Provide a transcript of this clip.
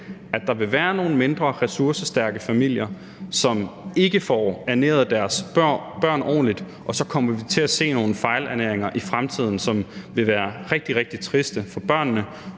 at der vil være nogle mindre ressourcestærke familier, som ikke får ernæret deres børn ordentligt, og så kommer vi til at se nogle fejlernæringer i fremtiden, som vil være rigtig, rigtig triste for børnene.